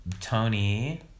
Tony